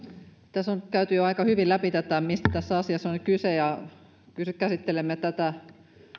tässä on käyty jo aika hyvin läpi tätä mistä tässä asiassa on kyse käsittelimme tätä valiokunnassa